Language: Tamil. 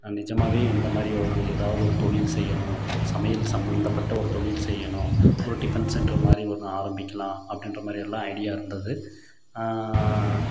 நான் நிஜமாகவே இந்தமாதிரி ஒரு எதாவது ஒரு தொழில் செய்யணும் சமையல் சம்மந்தப்பட்ட ஒரு தொழில் செய்யணும் ஓர் டிஃபன் சென்டரு மாதிரி ஒன்று ஆரம்பிக்கலாம் அப்படின்ற மாதிரியெல்லாம் ஐடியா இருந்தது